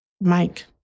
Mike